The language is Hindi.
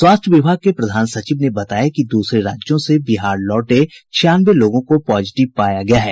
स्वास्थ्य विभाग के प्रधान सचिव ने बताया कि दूसरे राज्यों से बिहार लौटे छियानवे लोगों को पॉजिटिव पाया गया है